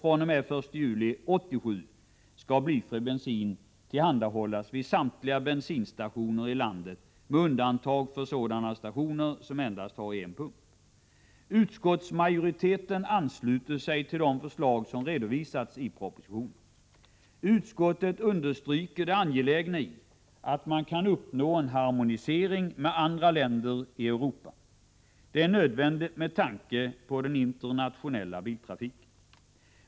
fr.o.m. den 1 juli 1987 skall blyfri bensin tillhandahållas vid samtliga bensinstationer i landet med undantag för sådana stationer som har endast en pump. Utskottsmajoriteten ansluter sig till de förslag som redovisas i propositionen. Utskottet understryker det angelägna i att vi kan uppnå en harmonisering med andra länder i Europa. Det är nödvändigt, med tanke på den internationella biltrafiken.